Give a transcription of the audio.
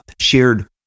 shared